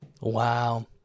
Wow